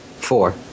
four